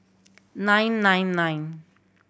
nine nine nine